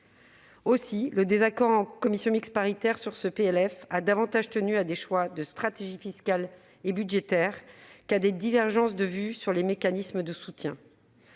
Aussi, le désaccord en commission mixte paritaire sur le projet de loi de finances a davantage tenu à des choix de stratégie fiscale et budgétaire qu'à des divergences de vues sur les mécanismes de soutien.